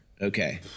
Okay